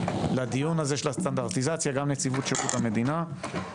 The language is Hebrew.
לדיון הזה של הסטנדרטיזציה גם נציבות שירות המדינה,